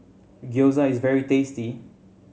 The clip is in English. gyoza is very tasty